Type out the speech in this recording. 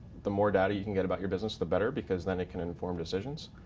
the more data you can get about your business the better, because then it can inform decisions.